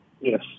Yes